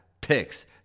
picks